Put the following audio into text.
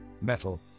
metal